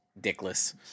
Dickless